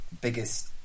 biggest